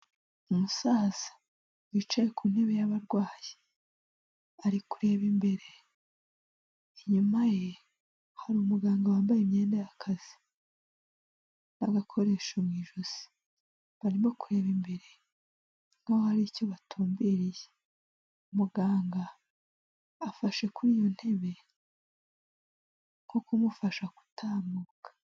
Umusaza wicaye ku ntebe y'abarwayi, ari kureba imbere, inyuma ye hari umuganga wambaye imyenda y'akazi n'agakoresho mu ijosi, barimo kureba imbere nk'aho hari icyo batumbereye, umuganga afashe kuri iyo ntebe nko kumufasha gutamuka.